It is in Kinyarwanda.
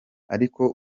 ariko